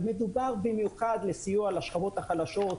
ומדובר במיוחד בסיוע לשכבות החלשות,